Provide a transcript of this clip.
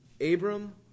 Abram